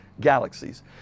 galaxies